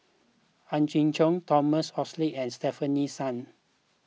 Ang Hiong Chiok Thomas Oxley and Stefanie Sun